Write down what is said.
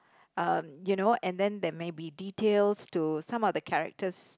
um you know and then there may be details to some of the characters